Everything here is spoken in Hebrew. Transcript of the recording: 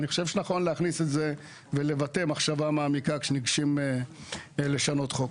אני חושב שנכון להכניס את זה ולבטא מחשבה מעמיקה כשניגשים לשנות חוק.